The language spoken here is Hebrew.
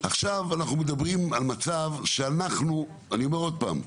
עכשיו אנחנו מדברים על מצב שאנחנו אני אומר עוד פעם,